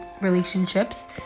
relationships